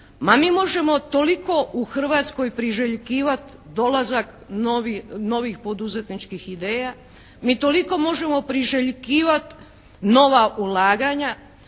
Ma mi možemo toliko u Hrvatskoj priželjkivati dolazak novih poduzetničkih ideja, mi toliko možemo priželjkivati nova ulaganja.